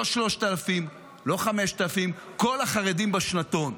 לא 3,000, לא 5,000, את כל החרדים בשנתון.